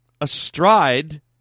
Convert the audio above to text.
astride